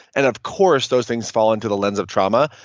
and of course those things fall into the lens of trauma.